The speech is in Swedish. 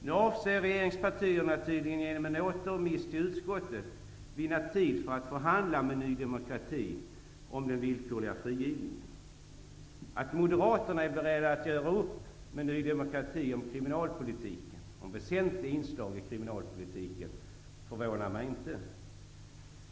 Nu avser regeringspartierna tydligen genom en återremiss av ärendet till utskottet att vinna tid för att förhandla med Ny demokrati om den villkorliga frigivningen. Att Moderaterna är beredda att göra upp med Ny demokrati om väsentliga inslag i kriminalpolitiken förvånar mig inte.